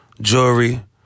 jewelry